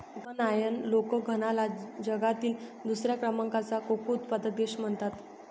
घानायन लोक घानाला जगातील दुसऱ्या क्रमांकाचा कोको उत्पादक देश म्हणतात